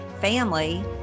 family